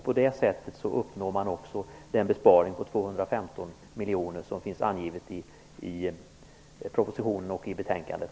På det sättet uppnår man också den besparing på 215 miljoner som finns angiven i propositionen och i betänkandet.